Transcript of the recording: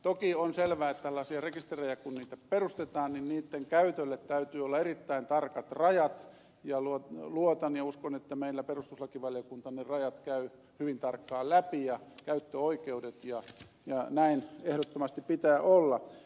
toki on selvää että kun tällaisia rekisterejä perustetaan niitten käytölle täytyy olla erittäin tarkat rajat ja luotan ja uskon että meillä perustuslakivaliokunta ne rajat käy hyvin tarkkaan läpi ja käyttöoikeudet ja näin ehdottomasti pitää olla